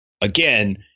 again